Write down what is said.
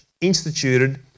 instituted